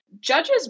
Judges